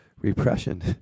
repression